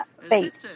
faith